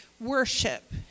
worship